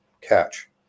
catch